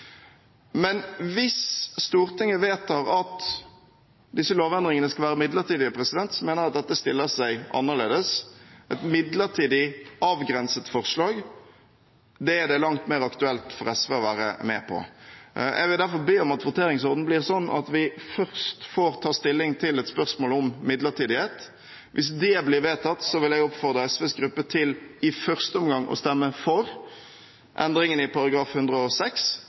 Men hvis Stortinget vedtar at disse lovendringene skal være midlertidige, mener jeg at dette stiller seg annerledes. Et midlertidig og avgrenset forslag er det langt mer aktuelt for SV å være med på. Jeg vil derfor be om at voteringsrekkefølgen blir sånn at vi først får ta stilling til et spørsmål om midlertidighet. Hvis det blir vedtatt, vil jeg oppfordre SVs gruppe til i første omgang å stemme for endringene i § 106,